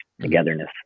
togetherness